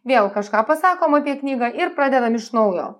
vėl kažką pasakom apie knygą ir pradedam iš naujo